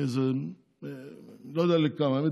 האמת,